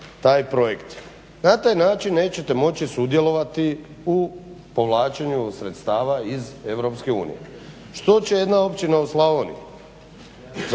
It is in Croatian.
Na taj način nećete moći sudjelovati u povlačenju sredstava iz EU. Što će jedna općina u Slavoniji?